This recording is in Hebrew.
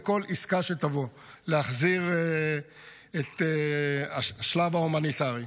בכל עסקה שתבוא להחזיר את השלב ההומניטרי.